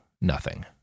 Nothing